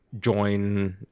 join